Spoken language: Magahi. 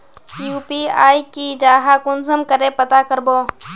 यु.पी.आई की जाहा कुंसम करे पता करबो?